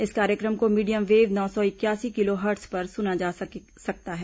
इस कार्यक्रम को मीडियम वेव नौ सौ इकयासी किलोहर्ट्ज पर सुना जा सकता है